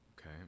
okay